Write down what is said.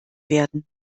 werden